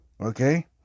okay